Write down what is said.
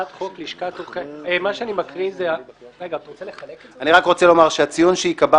רגע, אתה רוצה לחלק את זה?